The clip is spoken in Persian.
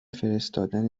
فرستادن